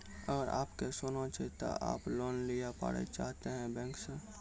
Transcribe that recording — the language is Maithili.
अगर आप के सोना छै ते आप लोन लिए पारे चाहते हैं बैंक से?